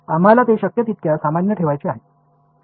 आम्हाला ते शक्य तितके सामान्य ठेवायचे आहे